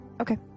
Okay